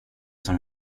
som